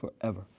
forever